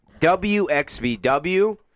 WXVW